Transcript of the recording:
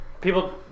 People